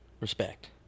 Respect